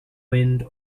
wind